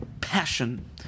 passion